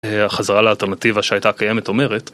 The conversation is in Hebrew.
החזרה לאלטרנטיבה שהייתה קיימת אומרת